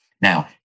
Now